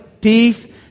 peace